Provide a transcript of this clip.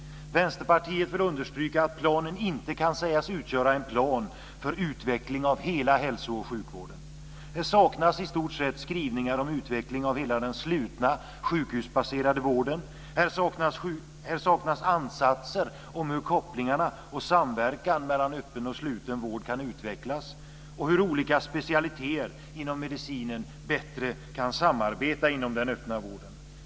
Vänsterpartiet vill understryka att planen inte kan sägas utgöra en plan för utveckling av hela hälso och sjukvården. Här saknas i stort sett skrivningar om utveckling av hela den slutna, sjukhusbaserade vården. Här saknas ansatser om hur kopplingarna och samverkan mellan öppen och sluten vård kan utvecklas och hur olika specialiteter inom medicinen bättre kan samarbeta inom den öppna vården.